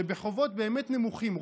שבחובות באמת נמוכים,